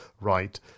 right